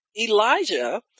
Elijah